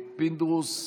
פינדרוס,